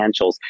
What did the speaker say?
financials